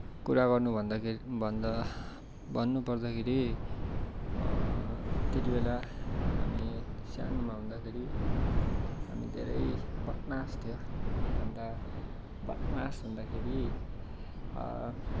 कुरा गर्नु भन्दाखेरि भन्दा भन्नु पर्दाखेरि त्यतिबेला हामी सानोमा हुँदाखेरि हामी धेरै बदमास थियौँ अनि त बदमास हुँदाखेरि